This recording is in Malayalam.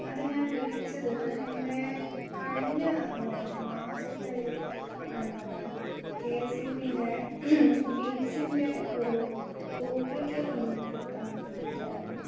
അത് ഞാൻ വിളിച്ചത് എൻ്റെ കഴിഞ്ഞ മാസത്തെ എന്താണ് കെ സി പിയിൻ്റെ ബിൽസിൻ്റെ ഒരു ഡൂപ്ലിക്കേറ്റൊന്നു കിട്ടാൻ വേണ്ടിയിട്ടായിരുന്നു